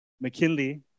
McKinley